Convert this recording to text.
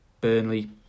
Burnley